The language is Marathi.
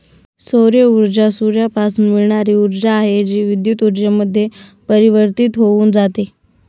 सौर ऊर्जा सूर्यापासून मिळणारी ऊर्जा आहे, जी विद्युत ऊर्जेमध्ये परिवर्तित होऊन जाते